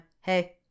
hey